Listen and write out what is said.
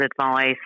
advice